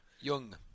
Jung